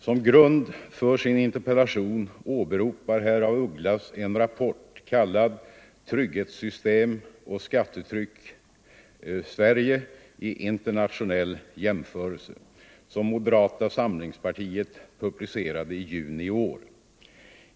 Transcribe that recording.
Som grund för sin interpellation åberopar herr af Ugglas en rapport kallad Trygghetssystem och skattetryck — Sverige i internationell jämförelse, som moderata samlingspartiet publicerade i juni i år.